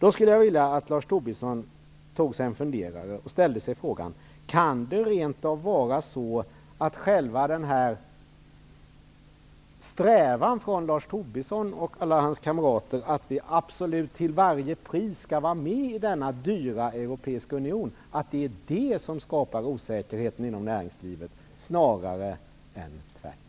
Jag skulle vilja att Lars Tobisson tog sig en funderare över frågan: Kan det rent av vara så att själva strävan från Lars Tobissons och alla hans kamraters sida, att vi absolut och till varje pris skall vara med i denna dyra europeiska union, snarare skapar osäkerhet inom näringslivet?